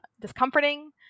discomforting